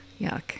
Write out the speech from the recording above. yuck